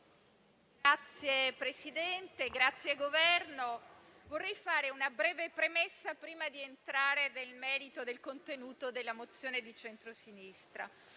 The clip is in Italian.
rappresentanti del Governo, vorrei fare una breve premessa, prima di entrare del merito del contenuto della mozione di centrosinistra.